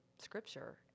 Scripture